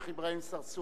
השיח' אברהים צרצור,